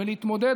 ולהתמודד,